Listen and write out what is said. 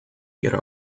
ihre